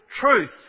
truth